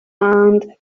and